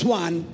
one